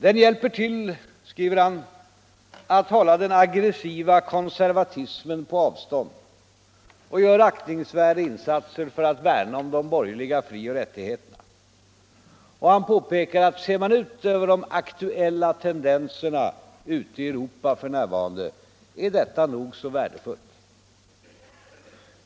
”Den hjälper till”, skriver han, ”att hålla den aggressiva konservatismen på avstånd och gör aktningsvärda insatser för att värna om de borgerliga frioch rättigheterna.” Han påpekar att ser man ut på aktuella tendenser i Europa f.n. är detta nog så värdefullt.